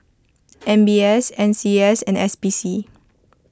M B S N C S and S P C